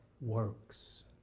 works